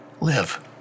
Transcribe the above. Live